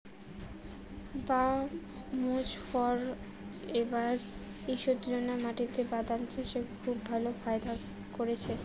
বাঃ মোজফ্ফর এবার ঈষৎলোনা মাটিতে বাদাম চাষে খুব ভালো ফায়দা করেছে